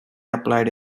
applied